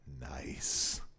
Nice